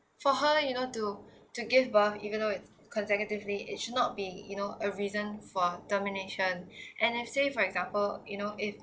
for her you know to to give birth even though is consecutively it should not be you know a reason for termination and let say for example you know if